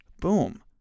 Boom